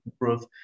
growth